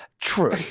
True